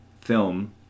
film